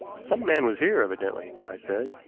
some man was here, evidently, i said,